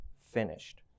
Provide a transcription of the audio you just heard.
finished